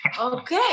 okay